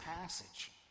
passage